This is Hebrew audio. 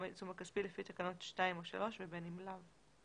העיצום הכספי לפי תקנות 2 או 3 ובין אם לאו.